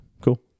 Cool